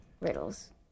Riddles